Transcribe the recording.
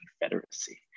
Confederacy